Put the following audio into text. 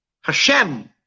Hashem